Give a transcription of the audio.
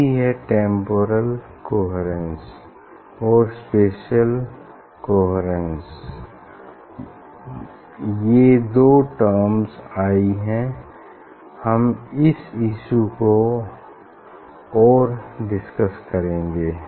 यही हैं temporal coherence और स्पेसियल कोहेरेन्स ये दो टर्म्स आई है हम इस इशू को और डिसकस करेंगे